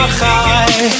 high